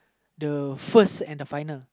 the first and the final